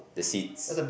the seeds